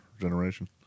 generation